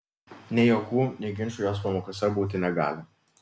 nei juokų nei ginčų jos pamokose būti negali